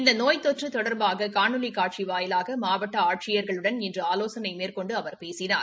இந்த நோய் தொற்று தொடர்பாக காணொலி காட்சி வாயிலாக மாவட்ட ஆட்சியர்களுடன் இன்று ஆலோசனை மேற்கொண்டு அவர் பேசினார்